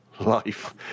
life